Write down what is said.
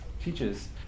teaches